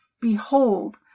Behold